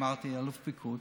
אמרתי אלוף פיקוד,